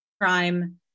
crime